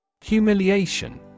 Humiliation